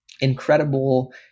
incredible